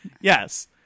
Yes